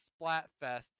Splatfests